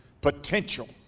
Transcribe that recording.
potential